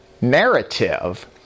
narrative